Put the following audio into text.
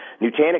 Nutanix